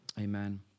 Amen